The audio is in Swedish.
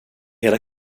hela